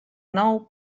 nou